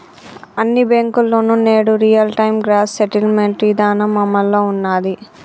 అన్ని బ్యేంకుల్లోనూ నేడు రియల్ టైం గ్రాస్ సెటిల్మెంట్ ఇదానం అమల్లో ఉన్నాది